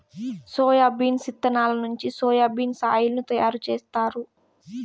soybeans ఇత్తనాల నుంచి soya bean oil ను తయారు జేత్తారు